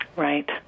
Right